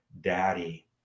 daddy